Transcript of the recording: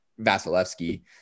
Vasilevsky